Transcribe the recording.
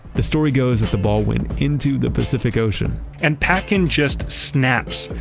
the story goes that the ball went into the pacific ocean and patkin just snaps.